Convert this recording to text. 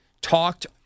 talked